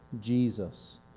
Jesus